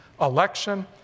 election